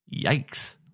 Yikes